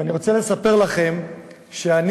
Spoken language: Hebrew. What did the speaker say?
אני